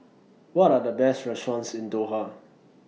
What Are The Best restaurants in Doha